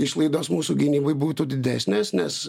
išlaidos mūsų gynybai būtų didesnės nes